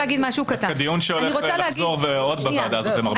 דווקא דיון שהולך לחזור עוד בוועדה הזאת למרבה הצער.